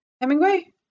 Hemingway